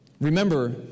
Remember